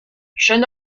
jeune